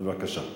בבקשה.